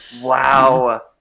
Wow